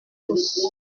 tous